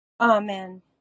Amen